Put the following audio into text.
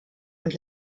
und